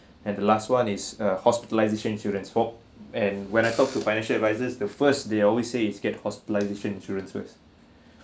and the last one is uh hospitalisation insurance for~ and when I talk to financial advisers the first they always say is get hospitalisation insurance first